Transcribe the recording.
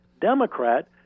democrat